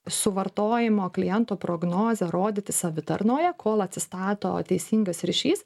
suvartojimo kliento prognozę rodyti savitarnoje kol atsistato teisingas ryšys